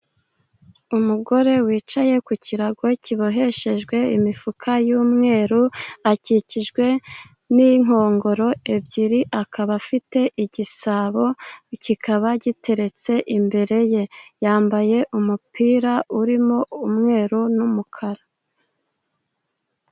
Umugore wicaye ku kirago, kiboheshejwe imifuka y'umweru, akikijwe n'inkongoro ebyiri, akaba afite igisabo, kikaba giteretse imbere ye, yambaye umupira urimo; umweru n'umukara.